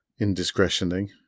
indiscretioning